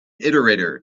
iterator